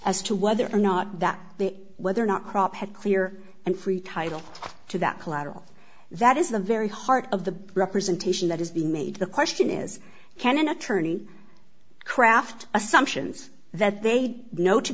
as to whether or not that the whether or not prop had clear and free title to that collateral that is the very heart of the representation that is being made the question is can an attorney craft assumptions that they know to